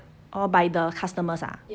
orh by the customers ah